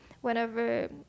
Whenever